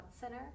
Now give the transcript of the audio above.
Center